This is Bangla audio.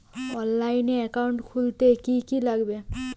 অনলাইনে একাউন্ট খুলতে কি কি লাগবে?